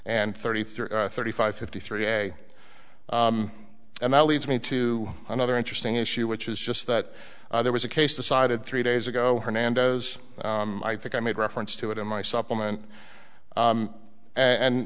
and thirty three thirty five fifty three day and that leads me to another interesting issue which is just that there was a case decided three days ago hernandez i think i made reference to it in my supplement